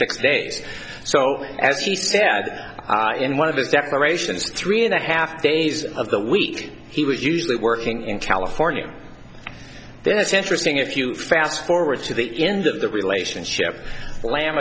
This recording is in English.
six days so as he sat in one of his declarations three and a half days of the week he was usually working in california then it's interesting if you fast forward to the end of the relationship lam